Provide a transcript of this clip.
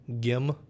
Gim